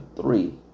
three